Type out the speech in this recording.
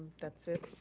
that's it.